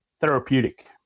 therapeutic